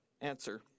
Answer